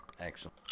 Excellent